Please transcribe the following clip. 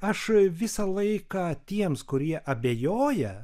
aš visą laiką tiems kurie abejoja